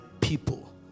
people